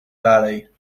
dalej